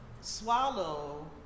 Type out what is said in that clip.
swallow